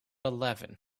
eleven